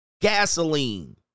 Gasoline